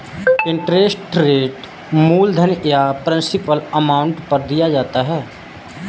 interest rate मूलधन या principal amount पर दिया जाता है